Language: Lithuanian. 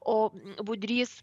o budrys